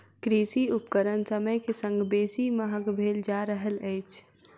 कृषि उपकरण समय के संग बेसी महग भेल जा रहल अछि